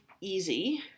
Easy